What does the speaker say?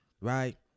right